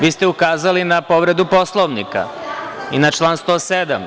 Vi ste ukazali na povredu Poslovnika i na član 107.